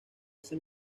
ese